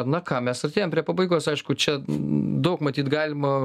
na ką mes artėjam prie pabaigos aišku čia daug matyt galima